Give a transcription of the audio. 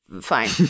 fine